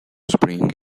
spring